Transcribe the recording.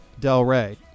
Delray